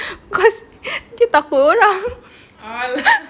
cause dia takut orang